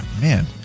man